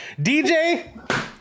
dj